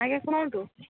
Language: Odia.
ଆଜ୍ଞା ଶୁଣନ୍ତୁ